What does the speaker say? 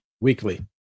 weekly